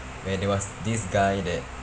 where there was this guy that